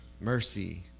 Mercy